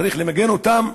צריך למגן אותם?